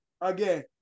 again